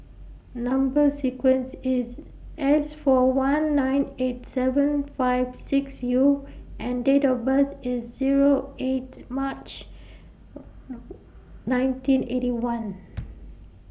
Number sequence IS S four one nine eight seven five six U and Date of birth IS Zero eight March nineteen Eighty One